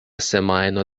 semajno